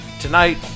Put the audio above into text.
Tonight